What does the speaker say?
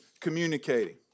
communicating